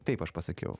taip aš pasakiau